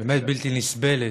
באמת בלתי נסבלת